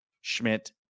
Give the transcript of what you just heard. Schmidt